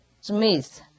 Smith